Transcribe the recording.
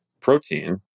protein